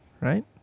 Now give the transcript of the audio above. right